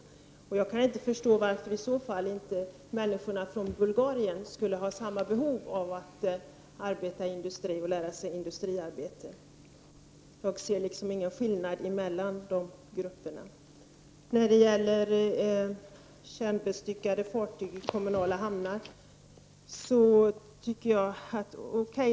Jag kan i så fall inte förstå varför inte människorna från Bulgarien skulle ha samma behov av att lära sig industriarbete. Jag ser liksom ingen skillnad mellan de grupperna. Så till frågan om kärnvapenbestyckade fartyg i kommunala hamnar.